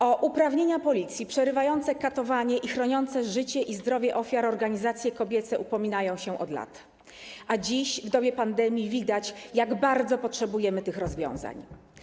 O uprawnienia Policji do przerwania katowania i chronienia życia i zdrowia ofiar organizacje kobiece upominają się od lat, a dziś, w dobie pandemii, widać, jak bardzo potrzebujemy tych rozwiązań.